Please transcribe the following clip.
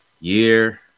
year